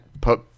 put –